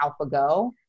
AlphaGo